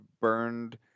burned